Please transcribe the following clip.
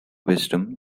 wisdom